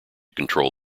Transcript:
control